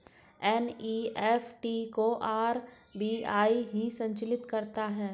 NEFT को RBI ही संचालित करता है